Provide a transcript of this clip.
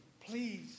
Please